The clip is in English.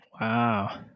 Wow